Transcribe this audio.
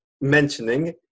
mentioning